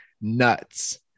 nuts